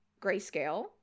grayscale